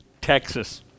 Texas